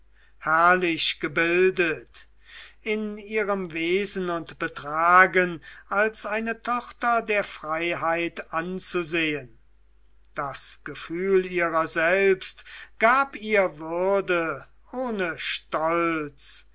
herrlich gebildet in ihrem wesen und betragen als eine tochter der freiheit anzusehen das gefühl ihrer selbst gab ihr würde und stolz